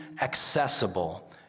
accessible